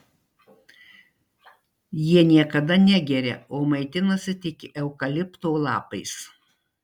jie niekada negeria o maitinasi tik eukalipto lapais